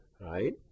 Right